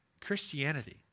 Christianity